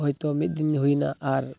ᱦᱳᱭᱛᱚ ᱢᱤᱫ ᱫᱤᱱ ᱦᱩᱭ ᱮᱱᱟ ᱟᱨ